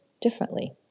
differently